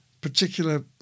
particular